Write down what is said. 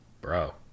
bro